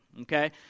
Okay